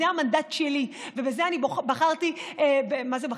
זה המנדט שלי ובזה אני בחרתי, מה זה בחרתי?